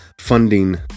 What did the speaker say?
funding